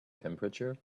temperature